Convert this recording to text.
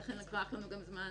ולכן לקח לנו גם זמן